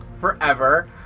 forever